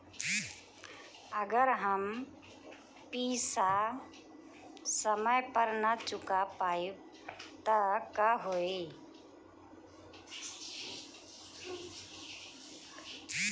अगर हम पेईसा समय पर ना चुका पाईब त का होई?